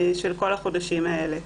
של כל החודשים האלה.